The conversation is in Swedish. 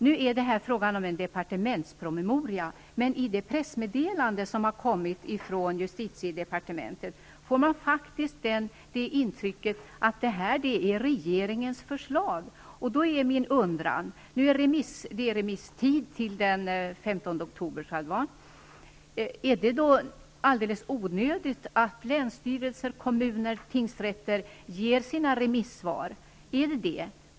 Här är det frågan om en departementspromemoria, men av det pressmeddelande som har kommit från justitiedepartementet får man faktiskt intrycket att detta är regeringens förslag. Det är remisstid till den 15 oktober, tror jag. Är det då alldeles onödigt att länsstyrelser, kommuner och tingsrätter ger sina remissvar?